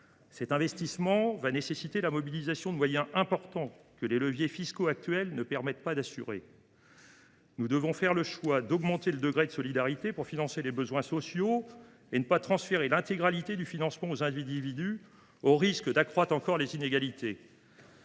Ces investissements nécessiteront la mobilisation de moyens importants, que les leviers fiscaux actuels ne permettent pas de garantir. Nous devons faire le choix d’augmenter le niveau de solidarité pour financer les besoins sociaux, et de ne pas transférer l’intégralité du financement aux individus, au risque d’accroître encore les inégalités.